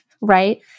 right